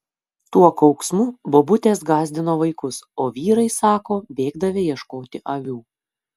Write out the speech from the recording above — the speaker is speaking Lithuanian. tuo kauksmu bobutės gąsdino vaikus o vyrai sako bėgdavę ieškoti avių